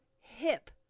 hip